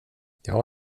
jag